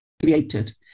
created